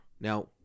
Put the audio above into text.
Now